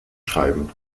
schreiben